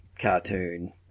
cartoon